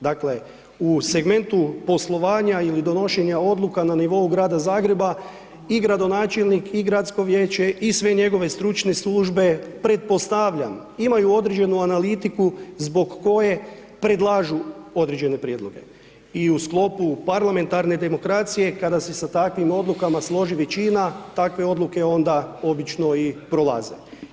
Dakle, u segmentu poslovanja ili donošenja odluka na nivou grada Zagreba i gradonačelnik i gradsko vijeće i sve njegove stručne službe, pretpostavljam, imaju određenu analitiku zbog koje predlažu određene prijedloge i u sklopu parlamentarne demokracije, kada se sa takvim odlukama složi većina, takve odluke onda obično i prolaze.